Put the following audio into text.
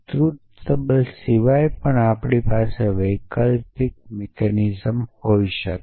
truth table સિવાય આપણી પાસે વૈકલ્પિક મિકેનિઝમ હોઈ શકે